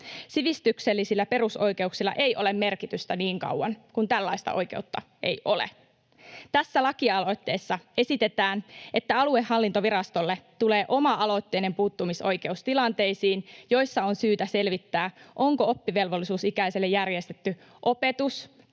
Sivistyksellisillä perusoikeuksilla ei ole merkitystä niin kauan kuin tällaista oikeutta ei ole. Tässä lakialoitteessa esitetään, että aluehallintovirastolle tulee oma-aloitteinen puuttumisoikeus tilanteisiin, joissa on syytä selvittää, onko oppivelvollisuusikäiselle järjestetty opetus-